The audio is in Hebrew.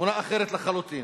תמונה אחרת לחלוטין.